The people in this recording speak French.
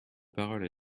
parole